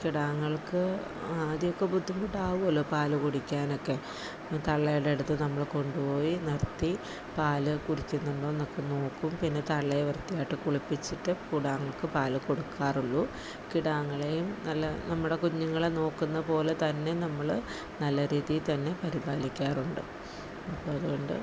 കിടാങ്ങൾക്ക് ആദ്യമൊക്കെ ബുദ്ധിമുട്ടാവുമല്ലോ പാല് കുടിക്കാനൊക്കെ തള്ളയുടെ അടുത്ത് നമ്മള് കൊണ്ടുപോയിനിർത്തി പാല് കുടിക്കുന്നുണ്ടോ എന്നൊക്കെ നോക്കും പിന്നെ തള്ളയെ വൃത്തിയായിട്ട് കുളിപ്പിച്ചിട്ട് കിടാങ്ങൾക്കു പാല് കൊടുക്കാറുള്ളൂ കിടാങ്ങളെയും നല്ല നമ്മുടെ കുഞ്ഞുങ്ങളെ നോക്കുന്നതുപോലെ തന്നെ നമ്മള് നല്ല രീതിയില്ത്തന്നെ പരിപാലിക്കാറുണ്ട് അപ്പോഴതുകൊണ്ട്